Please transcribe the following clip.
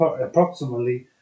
approximately